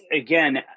again